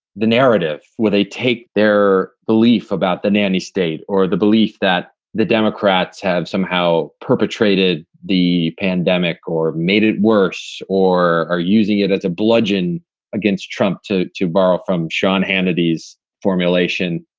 the narrative where they take their belief about the nanny state or the belief that the democrats have somehow perpetrated the pandemic or made it worse or are using it as a bludgeon against trump to to borrow from sean hannity's formulation?